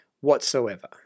whatsoever